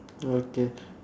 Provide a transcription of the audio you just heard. okay